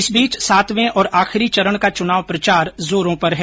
इस बीच सातवें और आखिरी चरण का चुनाव प्रचार जोरों पर है